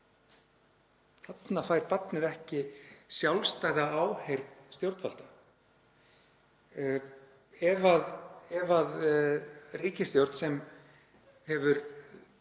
Þarna fær barnið ekki sjálfstæða áheyrn stjórnvalda. Ríkisstjórn sem á